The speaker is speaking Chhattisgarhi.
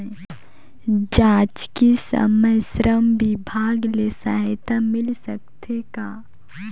जचकी समय श्रम विभाग ले सहायता मिल सकथे का?